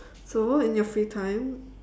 so on your free time